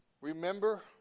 Remember